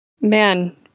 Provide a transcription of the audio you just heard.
man